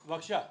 בבקשה.